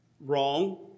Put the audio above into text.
wrong